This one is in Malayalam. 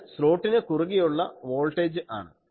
ഇത് സ്ലോട്ടിന് കുറുകെയുള്ള വോൾട്ടേജ് ആണ്